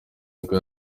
nibwo